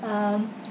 um